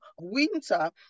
winter